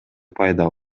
пайда